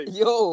yo